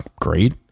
great